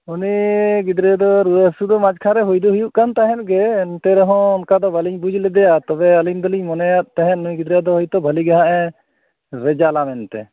ᱩᱱᱤ ᱜᱤᱫᱽᱨᱟᱹ ᱫᱚ ᱨᱩᱣᱟᱹ ᱦᱟᱹᱥᱩᱫᱚ ᱢᱟᱡᱷᱠᱷᱟᱱ ᱨᱮ ᱦᱩᱭ ᱫᱚ ᱦᱩᱭᱩᱜ ᱠᱟᱱ ᱛᱟᱦᱮᱱ ᱜᱮ ᱮᱱᱛᱮ ᱨᱮᱦᱚ ᱚᱱᱠᱟᱫᱚ ᱵᱟᱹᱞᱤᱧ ᱵᱩᱡ ᱞᱮᱫᱮᱭᱟ ᱛᱚᱵᱮ ᱟᱹᱞᱤᱧ ᱫᱚᱞᱤᱧ ᱢᱚᱱᱮᱭᱮᱫ ᱛᱟᱸᱦᱮᱱ ᱱᱩᱭ ᱜᱤᱫᱽᱨᱟᱹ ᱫᱚ ᱦᱚᱭᱛᱚ ᱵᱷᱟᱞᱮᱜᱮ ᱦᱟᱜᱼᱮ ᱨᱮᱡᱟᱞᱟ ᱢᱮᱱᱛᱮ